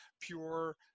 pure